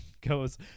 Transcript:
goes